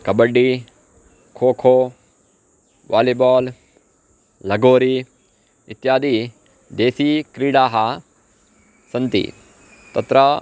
kabaddi kho kho volleyball lagori इत्याद्यः देसीक्रीडाः सन्ति तत्र